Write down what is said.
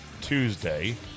Tuesday